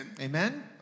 Amen